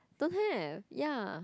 don't have ya